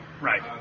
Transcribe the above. right